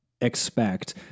expect